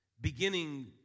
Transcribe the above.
beginning